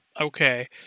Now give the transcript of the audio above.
Okay